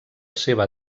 seva